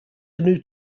canoe